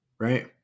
Right